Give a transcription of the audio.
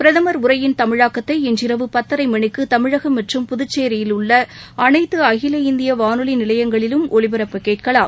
பிரதமர் உரையின் தமிழாக்கத்தை இன்றிரவு பத்தரை மணிக்கு தமிழகம் மற்றும் புதுச்சேரியில் உள்ள அனைத்து அகில இந்திய வானொலி நிலையங்களிலும் ஒலிபரப்ப கேட்கலாம்